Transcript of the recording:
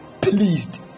pleased